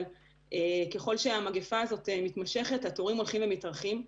אבל ככל שהמגיפה הזאת מתמשכת התורים הולכים ומתארכים.